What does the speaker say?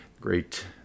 great